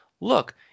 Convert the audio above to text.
look